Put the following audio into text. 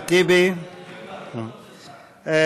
למרות השם ציונה,